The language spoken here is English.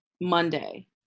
Monday